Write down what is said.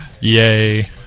Yay